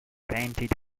painted